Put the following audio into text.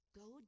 go